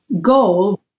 goal